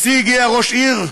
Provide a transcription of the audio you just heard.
לשיא הגיע ראש עיר,